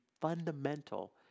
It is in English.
fundamental